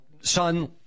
son